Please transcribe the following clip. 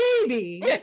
baby